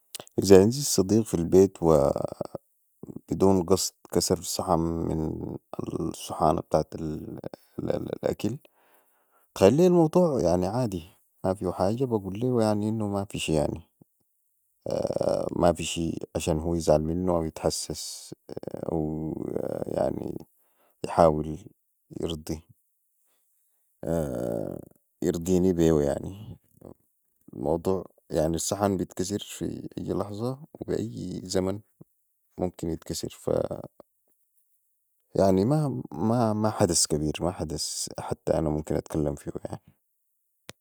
إذا عندي صديق في للبيت وبدون قصد كسر صحن من الصحانه بتاعت الاكل اتخيل لي الموضوع يعني عادي مافيهو حاجه بقول ليهو يعني انو مافي شيء عشان هو يزعل منو او يتحسس ويحاول يرضيني بيهو يعني الموضوع الصحن بتكسر في أي لحظة وفي أي زمن ممكن يتكسر يعني ماحدث ماحدث كبير حتي أنا ممكن اتكلم فيهو يعني